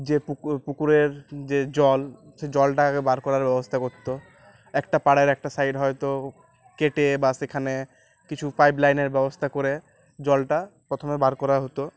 যে পুকুর পুকুরের যে জল সে জলটা আগে বার করার ব্যবস্থা করতো একটা পাড়ের একটা সাইড হয়তো কেটে বা সেখানে কিছু পাইপ লাইনের ব্যবস্থা করে জলটা প্রথমে বার করা হতো